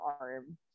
arm